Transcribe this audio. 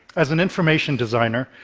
as an information designer,